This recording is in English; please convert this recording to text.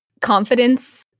confidence